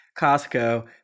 Costco